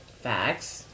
facts